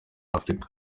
afurika